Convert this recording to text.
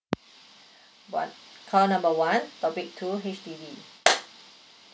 one call number one topic two H_D_B